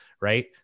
right